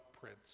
prince